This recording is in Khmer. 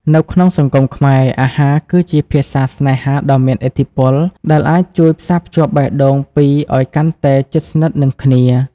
នៅក្នុងសង្គមខ្មែរ អាហារគឺជាភាសាស្នេហាដ៏មានឥទ្ធិពល ដែលអាចជួយផ្សារភ្ជាប់បេះដូងពីរឱ្យកាន់តែជិតស្និទ្ធនឹងគ្នា។